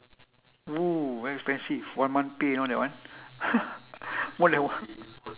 !woo! expensive one month pay you know that one more than one